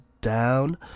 down